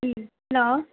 hello